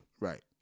right